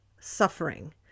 suffering